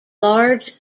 large